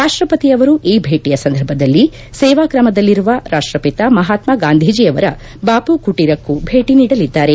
ರಾಷ್ಷಪತಿ ಅವರು ಈ ಭೇಟಿಯ ಸಂದರ್ಭದಲ್ಲಿ ಸೇವಾ ಗ್ರಾಮದಲ್ಲಿರುವ ರಾಷ್ಟಪಿತ ಮಹಾತ್ವಗಾಂಧೀಜೆ ಅವರ ಬಾಪು ಕುಟೀರಕ್ಕೂ ಭೇಟಿ ನೀಡಲಿದ್ದಾರೆ